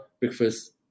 breakfast